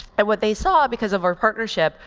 and what they saw, because of our partnership,